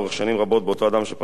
באותו אדם שפרטיו פורסמו.